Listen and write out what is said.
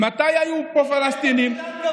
"מתי היו פה פלסטינים?" נתלית באילן גבוה,